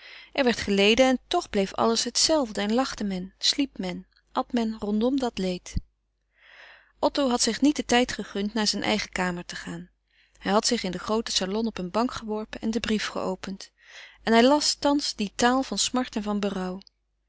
er werd geleden en toch bleef alles het zelfde en lachte men sliep men at men rondom dat leed otto had zich niet den tijd gegund naar zijn eigen kamer te gaan hij had zich in den grooten salon op een bank geworpen en den brief geopend en hij las thans van smart en van